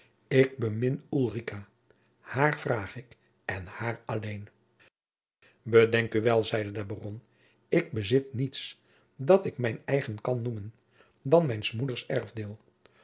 ik bemin ulrica haar vraag ik en haar alleen bedenk u wel zeide de baron ik bezit niets dat ik mijn eigen kan noemen dan mijns moeders erfdeel